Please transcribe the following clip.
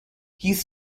his